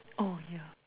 oh yeah